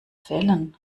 fällen